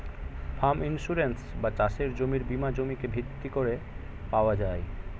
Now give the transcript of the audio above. farm insurance বা চাষের জমির বীমা জমিকে ভিত্তি করে পাওয়া যায়